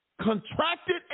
contracted